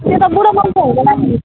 त्यो त बुढो मान्छे हुँदैन नि